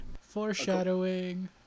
Foreshadowing